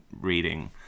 reading